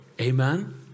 Amen